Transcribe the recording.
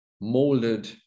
molded